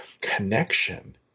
connection